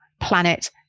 planet